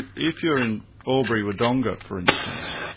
if you're in ah albury wodonga, for instance,